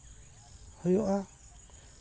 ᱦᱩᱭᱩᱜᱼᱟ